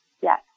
Yes